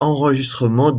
enregistrement